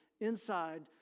inside